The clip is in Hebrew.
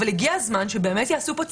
אבל הגיע הזמן שיעשו פה צדק.